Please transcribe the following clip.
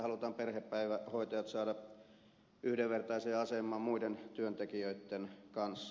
halutaan perhepäivähoitajat saada yhdenvertaiseen asemaan muiden työntekijöitten kanssa